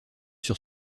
sur